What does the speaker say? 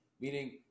Meaning